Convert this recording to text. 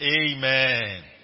Amen